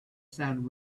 sound